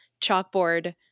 chalkboard